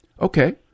Okay